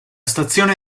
stazione